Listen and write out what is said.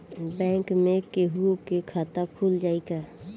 Bank में केहूओ के खाता खुल जाई का?